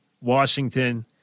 Washington